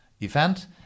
event